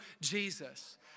Jesus